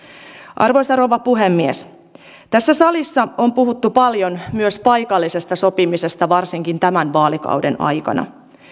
arvoisa rouva puhemies tässä salissa on puhuttu paljon myös paikallisesta sopimisesta varsinkin tämän vaalikauden aikana